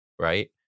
right